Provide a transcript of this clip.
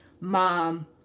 mom